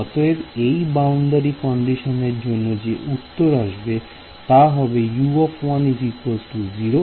অতএব এই বাউন্ডারি কন্ডিশনের জন্য যে উত্তর আসবে তা হবে U 0 U 0